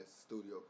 studio